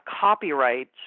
copyrights